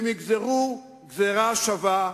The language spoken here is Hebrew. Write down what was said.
הם יגזרו גזירה שווה,